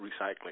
Recycling